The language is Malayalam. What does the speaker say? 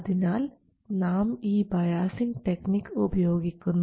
അതിനാൽ നാം ഈ ബയാസിംഗ് ടെക്നിക് ഉപയോഗിക്കുന്നു